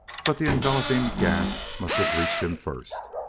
but the enveloping gas must have reached him first.